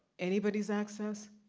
anybody's access,